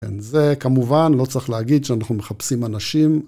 כן, זה כמובן, לא צריך להגיד שאנחנו מחפשים אנשים.